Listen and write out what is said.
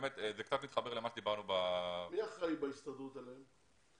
מי אחראי בהסתדרות עליהם?